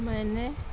میں نے